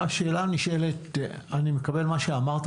אני מקבל את מה שאמרת.